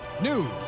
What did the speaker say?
news